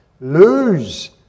lose